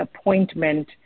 appointment